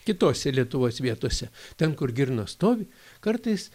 kitose lietuvos vietose ten kur girnos stovi kartais